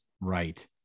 right